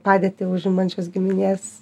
padėtį užimančios giminės